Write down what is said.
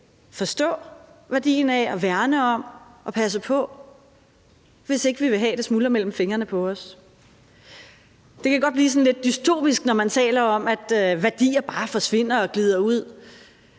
forstå værdien af og værne om og passe på, hvis ikke vi vil have, at det smuldrer mellem fingrene på os. Det kan godt blive sådan lidt dystopisk, når man taler om, at værdier bare forsvinder og glider ud,